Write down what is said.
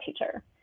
teacher